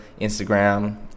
Instagram